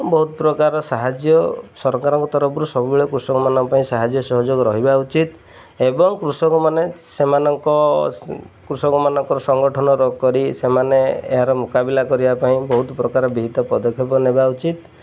ବହୁତ ପ୍ରକାର ସାହାଯ୍ୟ ସରକାରଙ୍କ ତରଫରୁ ସବୁବେଳେ କୃଷକମାନଙ୍କ ପାଇଁ ସାହାଯ୍ୟ ସହଯୋଗ ରହିବା ଉଚିତ୍ ଏବଂ କୃଷକମାନେ ସେମାନଙ୍କ କୃଷକମାନଙ୍କର ସଂଗଠନ କରି ସେମାନେ ଏହାର ମୁକାବିଲା କରିବା ପାଇଁ ବହୁତ ପ୍ରକାର ବିଭିନ୍ନ ପଦକ୍ଷେପ ନେବା ଉଚିତ୍